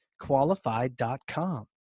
Qualified.com